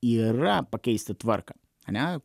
yra pakeisti tvarką ane